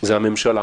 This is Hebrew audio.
זאת הממשלה.